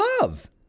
love